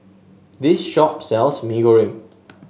this shop sells Mee Goreng